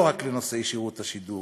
לא רק לנושא רשות השידור.